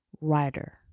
writer